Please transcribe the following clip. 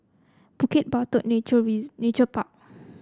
Bukit Batok Nature Park